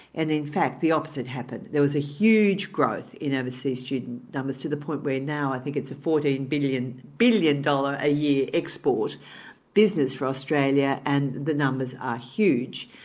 and in fact the opposite happened. there was a huge growth in overseas student numbers to the point where now i think it's a fourteen billion billion dollars a year export business for australia and the numbers are ah huge.